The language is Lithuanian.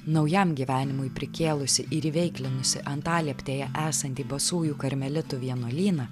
naujam gyvenimui prikėlusi ir įveiklinusi antalieptėje esantį basųjų karmelitų vienuolyną